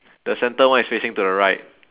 the centre one is facing to the right